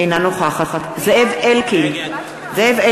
אינה נוכחת זאב אלקין,